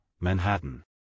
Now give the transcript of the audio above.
Manhattan